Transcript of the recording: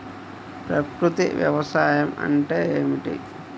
ప్రకృతి వ్యవసాయం అంటే ఏమిటి?